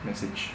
message